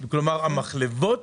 כלומר, המחלבות